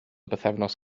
bythefnos